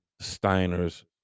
Steiner's